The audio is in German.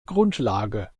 grundlage